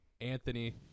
Anthony